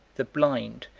the blind,